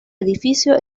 edificio